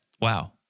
Wow